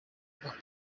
rwa